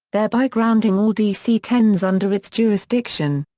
thereby grounding all dc ten s under its jurisdiction.